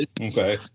okay